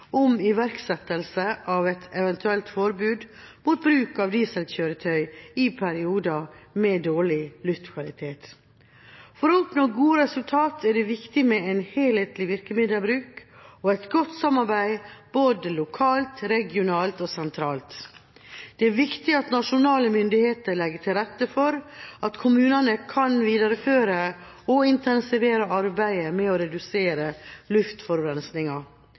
om iverksettelse av et eventuelt forbud mot bruk av dieselkjøretøy i perioder med dårlig luftkvalitet. For å oppnå gode resultater er det viktig med en helhetlig virkemiddelbruk og et godt samarbeid både lokalt, regionalt og sentralt. Det er viktig at nasjonale myndigheter legger til rette for at kommunene kan videreføre og intensivere arbeidet med å redusere